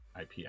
IP